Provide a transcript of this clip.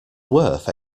worth